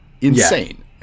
insane